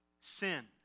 Sin